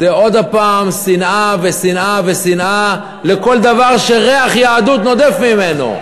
זה שוב שנאה ושנאה ושנאה לכל דבר שריח יהדות נודף ממנו.